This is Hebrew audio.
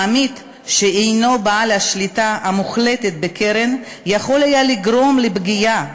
העמית שהנו בעל השליטה המוחלטת בקרן יכול היה לגרום לפגיעה